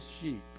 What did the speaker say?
sheep